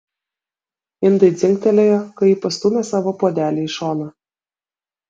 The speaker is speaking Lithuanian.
indai dzingtelėjo kai ji pastūmė savo puodelį į šoną